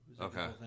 Okay